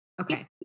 Okay